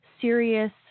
serious